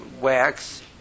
wax